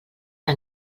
que